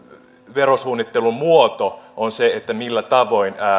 verosuunnittelun muoto on se millä tavoin